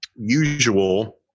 usual